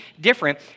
different